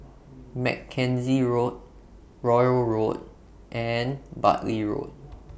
Mackenzie Road Royal Road and Bartley Road